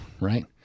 right